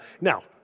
Now